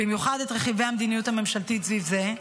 במיוחד את רכיבי המדיניות הממשלתית סביב זה,